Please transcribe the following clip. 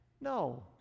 No